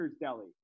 Deli